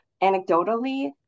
anecdotally